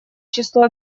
число